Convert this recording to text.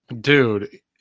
Dude